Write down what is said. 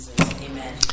Amen